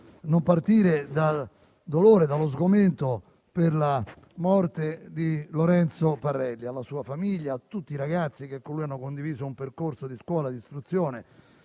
non partire dal dolore e dallo sgomento per la morte di Lorenzo Parelli: alla sua famiglia, a tutti i ragazzi che con lui hanno condiviso un percorso di scuola e di istruzione